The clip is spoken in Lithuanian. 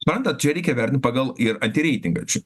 suprantat čia reikia vertint pagal ir antireitingą čia